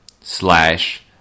slash